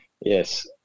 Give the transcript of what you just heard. Yes